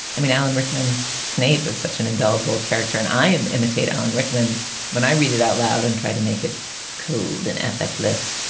i mean, alan rickman's snape is such an indelible character and i am imitate alan rickman when i read it out loud and try to make it cold and affectless